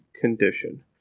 condition